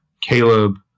Caleb